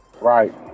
right